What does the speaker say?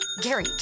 Gary